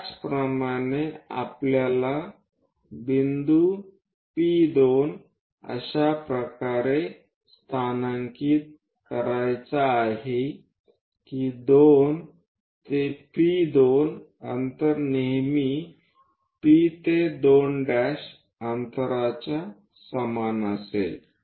त्याचप्रमाणे आपल्याला बिंदू P2 अशा प्रकारे स्थानांकित करायचा आहे की 2 ते P2 अंतर नेहमी P ते 2' अंतराच्या समान असेल